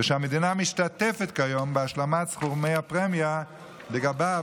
ושהמדינה משתתפת כיום בהשלמת סכומי הפרמיה שלו,